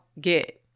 get